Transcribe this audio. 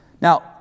Now